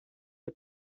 the